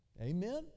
Amen